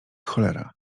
cholera